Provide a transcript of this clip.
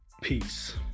Peace